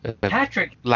Patrick